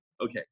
okay